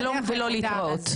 שלום ולא להתראות.